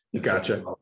Gotcha